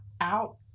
out